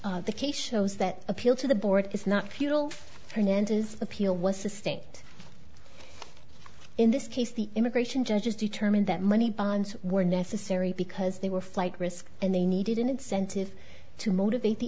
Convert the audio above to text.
of the case shows that appeal to the board is not futile fernand his appeal was the state in this case the immigration judges determined that money bonds were necessary because they were flight risk and they needed an incentive to motivate the